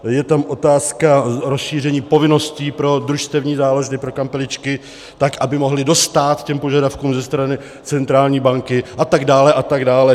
Je tam otázka rozšíření povinností pro družstevní záložny, pro kampeličky tak, aby mohly dostát těm požadavkům ze strany centrální banky, a tak dále a tak dále.